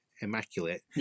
immaculate